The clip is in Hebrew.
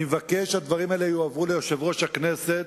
אני מבקש שהדברים האלה יועברו ליושב-ראש הכנסת,